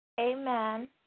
Amen